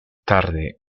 tarde